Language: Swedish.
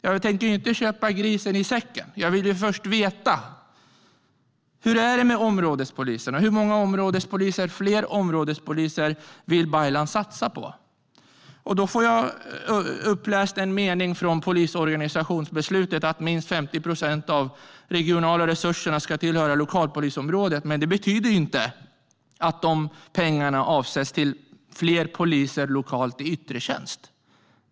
Jag tänker ju inte köpa grisen i säcken, utan jag vill först veta hur det är med områdespolisen och hur många fler områdespoliser Baylan vill satsa på. Då får jag uppläst för mig en mening från polisorganisationsbeslutet, att minst 50 procent av de regionala resurserna ska tillhöra lokalpolisområdet. Men det betyder inte att pengarna avsätts till fler poliser lokalt i yttre tjänst.